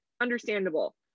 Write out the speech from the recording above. understandable